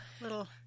Little